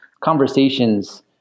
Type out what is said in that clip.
conversations